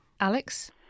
Alex